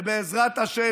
בעזרת השם,